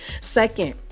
Second